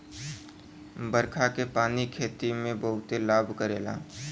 बरखा के पानी खेती में बहुते लाभ करेला